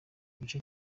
igice